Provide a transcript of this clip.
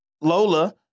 Lola